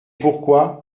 pourquoi